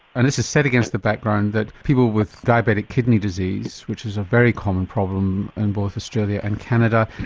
and this is set against the background that people with diabetic kidney disease, which is a very common problem in both australia and canada,